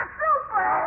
super